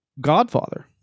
godfather